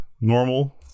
normal